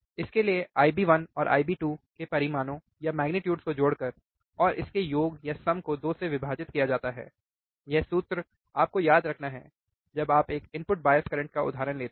इसके लिए IB1 और IB2 के परिमाणों को जोड़कर और इस के योग को 2 से विभाजित किया जाता है यह सूत्र आपको याद रखना है जब आप एक इनपुट बायस करंट का उदाहरण लेते है